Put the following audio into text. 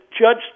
judge